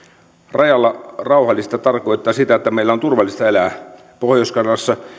rajalla rauhallista tarkoittaa sitä että meillä on turvallista elää pohjois karjalassa